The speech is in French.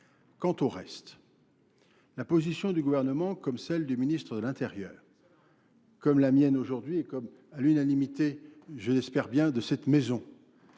Quant au reste, la position du gouvernement comme celle du ministre de l'Intérieur, comme la mienne aujourd'hui et comme à l'une à l'imiter je l'espère bien de cette maison,